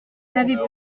n’avez